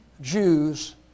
Jews